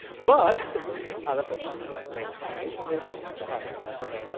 but that's a really strange combination there, but that happens in my brain.